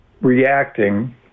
reacting